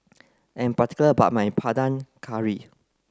I am particular about my Panang Curry